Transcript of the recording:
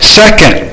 second